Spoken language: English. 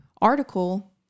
Article